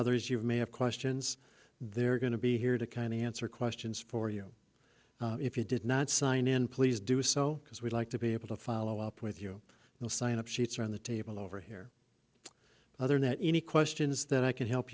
others you may have questions they're going to be here to kind of answer questions for you if you did not sign in please do so because we'd like to be able to follow up with you and sign up sheets on the table over here other that any questions that i can help